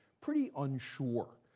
pretty unsure.